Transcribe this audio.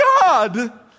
God